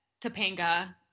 Topanga